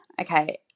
Okay